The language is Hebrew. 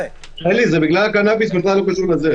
אלי, עניין הקנביס בכלל לא קשור לזה.